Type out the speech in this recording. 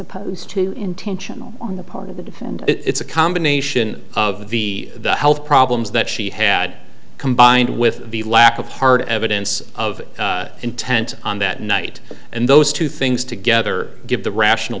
supposed to intentional on the part of the it's a combination of the health problems that she had combined with the lack of hard evidence of intent on that night and those two things together give the rational